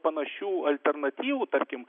panašių alternatyvų tarkim